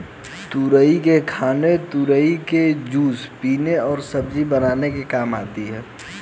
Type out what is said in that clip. तुरई को खाने तुरई का जूस पीने और सब्जी बनाने में काम आती है